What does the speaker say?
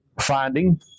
Finding